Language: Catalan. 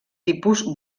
tipus